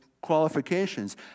qualifications